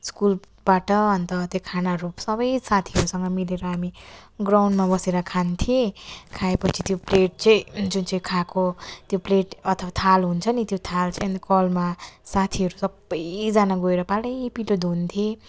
स्कुलबाट अन्त त्यो खानाहरू सबै साथीहरूसँग मिलेर हामी ग्राउन्डमा बसेर खान्थौँ खाएपछि त्यो प्लेट चाहिँ जुन चाहिँ खाएको त्यो प्लेट अथवा थाल हुन्छ नि त्यो थाल चाहिँ अनि कलमा साथीहरू सबैजना गएर पालैपिलो धुन्थ्यौँ